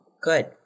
good